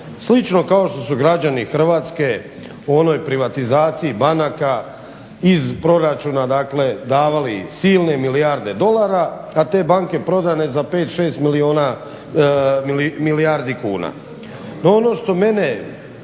Slično kao što su građani Hrvatske o onoj privatizaciji banaka iz proračuna, dakle davali silne milijarde dolara a te banke prodane za pet, šest milijardi kuna.